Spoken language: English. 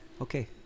okay